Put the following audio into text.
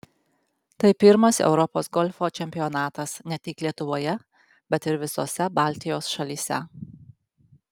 tai pirmas europos golfo čempionatas ne tik lietuvoje bet ir visose baltijos šalyse